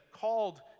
called